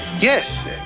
Yes